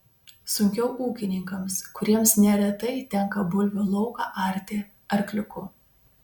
sunkiau ūkininkams kuriems neretai tenka bulvių lauką arti arkliuku